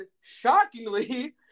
shockingly